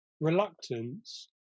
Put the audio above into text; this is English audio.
reluctance